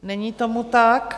Není tomu tak.